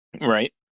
Right